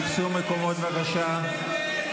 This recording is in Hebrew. תפסו מקומות, בבקשה.